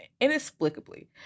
inexplicably